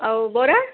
ଆଉ ବରା